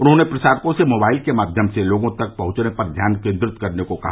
उन्होंने प्रसारकों से मोबाइल के माध्यम से लोगों तक पहुंचने पर ध्यान केन्द्रित करने को कहा